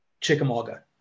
Chickamauga